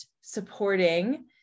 supporting